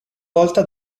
volta